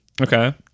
Okay